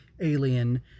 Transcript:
alien